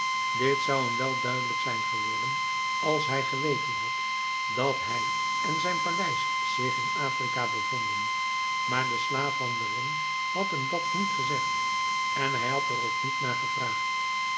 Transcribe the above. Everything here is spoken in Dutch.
dit zou hem wel duidelijk zijn geworden als hij geweten had dat hij en zijn paleis zich in afrika bevonden maar de slaaf van den ring had hem dat niet gezegd en hij had er ook niet naar gevraagd